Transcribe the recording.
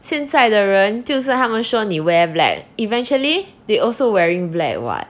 现在的人就是他们说你 wear black eventually they also wearing black [what]